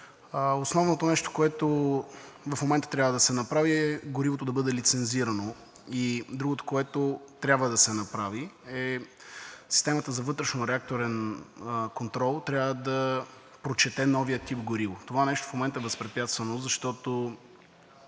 Основното нещо, което в момента трябва да се направи, е горивото да бъде лицензирано. И другото, което трябва да се направи, е системата за вътрешнореакторен контрол да прочете новия тип гориво. Това нещо в момента е възпрепятствано, защото